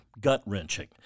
gut-wrenching